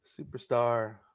Superstar